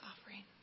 offering